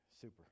Super